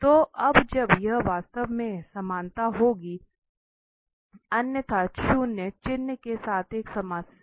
तो अब जब यह वास्तव में समानता होगी अन्यथा शून्य चिह्न के साथ एक समस्या होगी